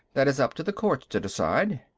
that is up to the courts to decide.